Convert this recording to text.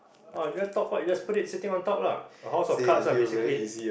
orh top part you just put it sitting on top lah a house of cards ah basically